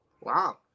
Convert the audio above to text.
Wow